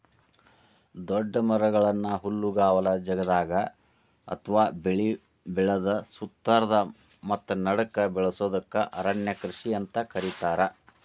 ದೊಡ್ಡ ಮರಗಳನ್ನ ಹುಲ್ಲುಗಾವಲ ಜಗದಾಗ ಅತ್ವಾ ಬೆಳಿ ಬೆಳದ ಸುತ್ತಾರದ ಮತ್ತ ನಡಕ್ಕ ಬೆಳಸೋದಕ್ಕ ಅರಣ್ಯ ಕೃಷಿ ಅಂತ ಕರೇತಾರ